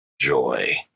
Joy